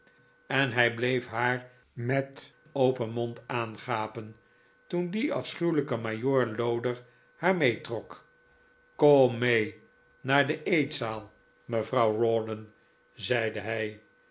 en hij bleef haar met open mond aangapen toen die afschuwelijke majoor loder haar meetrok i kom mee naar de eetzaal mevrouw rawdon zeide hij